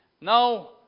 Now